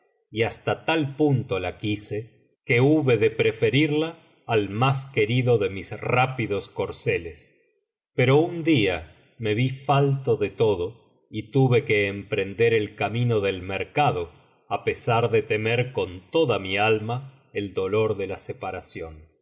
y hasta tal punto la quise que hube de preferirla al más querido de mis rctpidos corceles pero un día me vi falto de iodo y tuve que emprender el camino del mercado á pesar de temer con toda mi alma el dolor de la separación